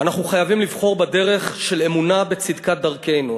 אנחנו חייבים לבחור בדרך של אמונה בצדקת דרכנו,